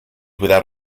without